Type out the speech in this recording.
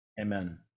Amen